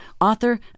author